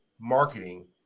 marketing